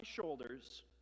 shoulders